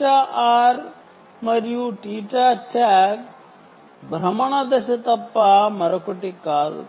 θRమరియు θtag phase rotation తప్ప మరొకటి కాదు